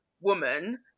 woman